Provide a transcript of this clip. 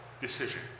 decision